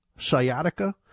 sciatica